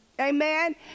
Amen